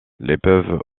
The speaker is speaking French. peuvent